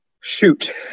Shoot